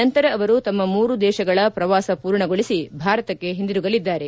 ನಂತರ ಅವರು ತಮ್ನ ಮೂರು ದೇಶಗಳ ಪ್ರವಾಸ ಪೂರ್ಣಗೊಳಿಸಿ ಭಾರತಕ್ಕೆ ಹಿಂದಿರುಗಲಿದ್ದಾರೆ